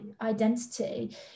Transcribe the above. identity